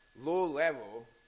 low-level